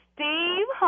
Steve